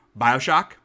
Bioshock